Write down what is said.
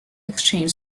exchange